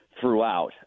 throughout